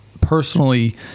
personally